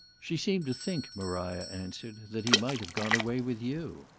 she seemed to think, maria answered, that he might have gone away with you.